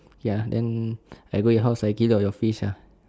okay then I go your house I kill all your fish ah